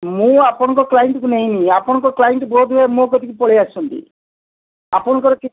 ମୁଁ ଆପଣଙ୍କ କ୍ଲାଇଣ୍ଟକୁ ନେଇନି ଆପଣଙ୍କ କ୍ଲାଇଣ୍ଟ ବୋଧ ହୁଏ ମୋ କତିକି ପଳେଇ ଆସଛନ୍ତି ଆପଣଙ୍କର